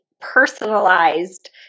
personalized